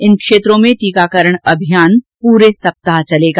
इन क्षेत्रों में टीकाकरण अभियान पूरे सप्ताह चलेगा